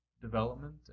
development